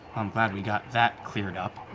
i'm glad we got that cleared up.